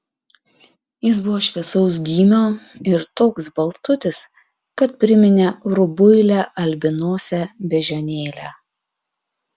jis buvo šviesaus gymio ir toks baltutis kad priminė rubuilę albinosę beždžionėlę